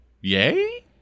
Yay